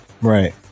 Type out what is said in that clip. Right